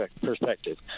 perspective